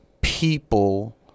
people